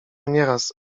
nieraz